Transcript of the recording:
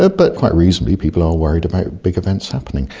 but but quite reasonably people are worried about big events happening.